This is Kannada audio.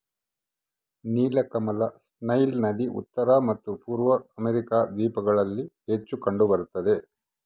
ನೀಲಕಮಲ ನೈಲ್ ನದಿ ಉತ್ತರ ಮತ್ತು ಪೂರ್ವ ಅಮೆರಿಕಾ ದ್ವೀಪಗಳಲ್ಲಿ ಹೆಚ್ಚು ಕಂಡು ಬರುತ್ತದೆ